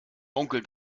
onkel